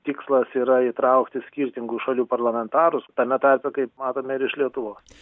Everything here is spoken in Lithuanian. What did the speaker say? tikslas yra įtraukti skirtingų šalių parlamentarus tame tarpe kaip matome ir iš lietuvos